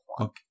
Okay